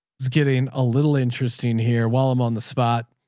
getting a little interesting here while i'm on the spot.